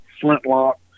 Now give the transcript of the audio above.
flintlock